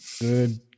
Good